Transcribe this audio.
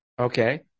Okay